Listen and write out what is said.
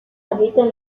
habitan